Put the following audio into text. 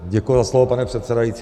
Děkuji za slovo, pane předsedající.